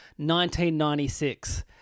1996